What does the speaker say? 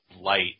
light